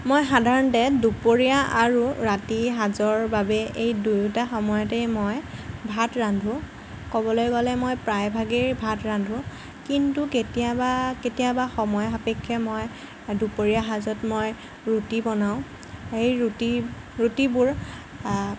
মই সাধাৰণতে দুপৰীয়া আৰু ৰাতি সাঁজৰ বাবে এই দুয়োটা সময়তে মই ভাত ৰান্ধো ক'বলৈ গ'লে মই প্ৰায়ভাগেই ভাত ৰান্ধো কিন্তু কেতিয়াবা কেতিয়াবা সময় সাপেক্ষে মই দুপৰীয়া সাঁজত মই ৰুটি বনাওঁ সেই ৰুটি ৰুটিবোৰ